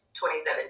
2017